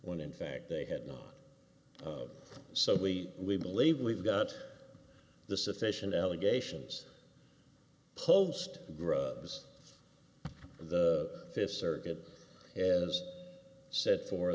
when in fact they had not so we believe we've got the sufficient allegations post grows the fifth circuit as set for